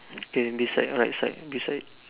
then beside right side beside